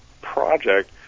project